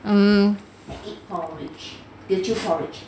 um